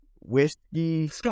whiskey